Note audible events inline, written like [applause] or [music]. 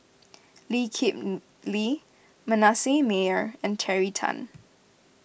Lee Kip [hesitation] Lee Manasseh Meyer and Terry Tan